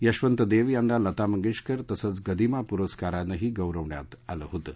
यशवंत देव यांना लता मंगेशकर तसंच गदिमा पुरस्कारानंही गौरवण्यात आलं होतं